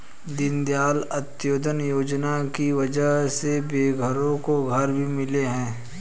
दीनदयाल अंत्योदय योजना की वजह से बेघरों को घर भी मिले हैं